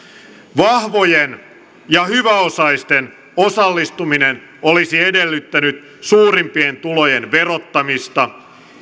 vahvojen ja hyväosaisten osallistuminen olisi edellyttänyt suurimpien tulojen verottamista